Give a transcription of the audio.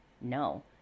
no